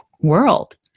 world